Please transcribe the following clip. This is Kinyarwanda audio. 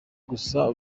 gusa